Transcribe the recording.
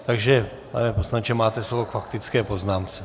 Takže pane poslanče, máte slovo k faktické poznámce.